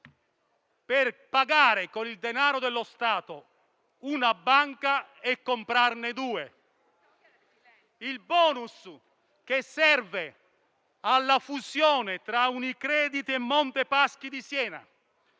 per pagare con il denaro dello Stato una banca e comprarne due; al *bonus* che serve alla fusione tra Unicredit e Monte dei Paschi di Siena,